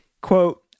quote